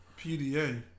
PDA